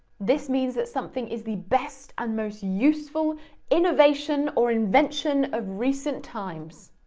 this means that something is the best and most useful innovation or invention of recent times.